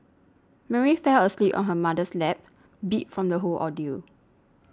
Mary fell asleep on her mother's lap beat from the whole ordeal